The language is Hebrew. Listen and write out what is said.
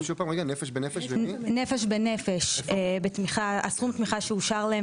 נפש בנפש הסכום תמיכה שאושר להם,